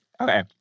Okay